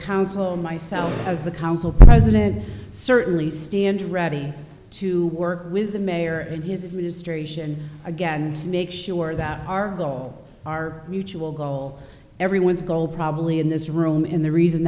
council myself as the council president certainly stand ready to work with the mayor and his administration again to make a sure that our our mutual goal everyone's goal probably in this room in the reason